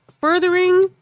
furthering